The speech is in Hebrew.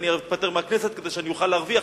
ואני אתפטר מהכנסת כדי שאני אוכל להרוויח,